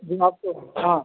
जी आपको हाँ